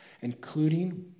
including